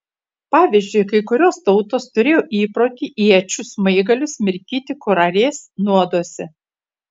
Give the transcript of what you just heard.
pavyzdžiui kai kurios tautos turėjo įprotį iečių smaigalius mirkyti kurarės nuoduose